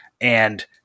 and-